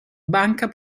banca